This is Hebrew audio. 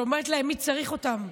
שאומרת להם מי צריך אותם,